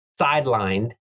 sidelined